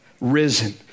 risen